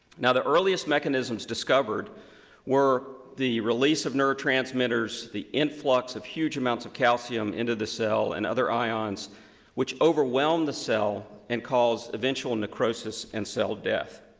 now, the earliest mechanisms discovered were the release of neurotransmitters, the influx of huge amounts of calcium into the cell and other ions which overwhelm the cell and caused eventual necrosis and cell death.